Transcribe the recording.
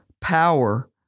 Power